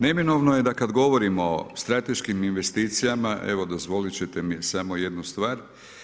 Neminovno je kad govorimo o strateškim investicijama, evo dozvolit ćete mi samo jednu stvar.